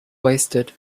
wasted